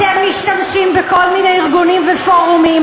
אתם משתמשים בכל מיני ארגונים ופורומים